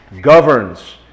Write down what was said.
governs